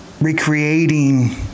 recreating